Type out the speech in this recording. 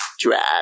Drag